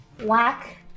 Whack